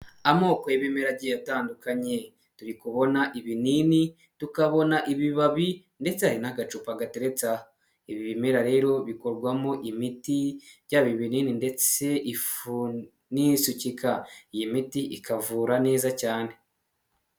Amoko y'ibimera agiye atandukanye turi kubona ibinini, tukabona ibibabi ndetse n'agacupa gatereretse aha, ibi bimera rero bikorwamo imiti byaba binini ndetse ifu n'isukika, iyi miti ikavura neza cyane.